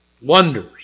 Wonders